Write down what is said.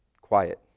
quiet